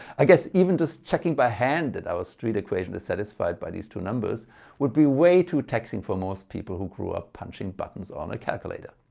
i guess even just checking by hand that our street equation is satisfied by these two numbers would be way too taxing for most people who grew up punching buttons on a calculator.